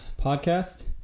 podcast